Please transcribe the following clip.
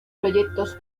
proyectos